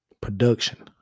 production